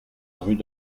rue